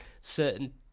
certain